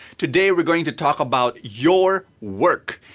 today, we're going to talk about your work.